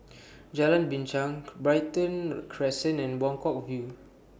Jalan Binchang Brighton Crescent and Buangkok View